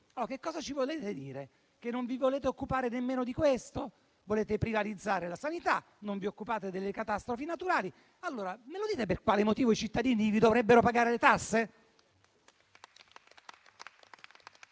Che cosa ci volete dire? Che non vi volete occupare nemmeno di questo? Volete privatizzare la sanità e non vi occupate delle catastrofi naturali. Allora mi dite per quale motivo i cittadini vi dovrebbero pagare le tasse?